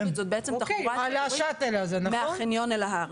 זאת בעצם תחבורה ציבורית מהחניון אל ההר.